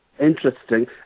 interesting